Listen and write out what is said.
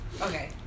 Okay